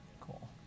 Cool